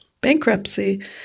bankruptcy